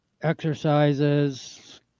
exercises